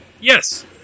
Yes